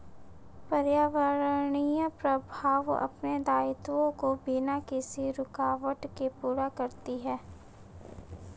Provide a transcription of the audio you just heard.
पर्यावरणीय प्रवाह अपने दायित्वों को बिना किसी रूकावट के पूरा करती है